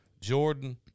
Jordan